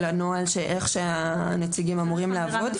של הנוהל, איך שהנציגים אמורים לעבוד?